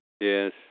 Yes